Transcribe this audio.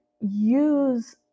use